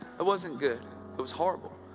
it wasn't good it was horrible.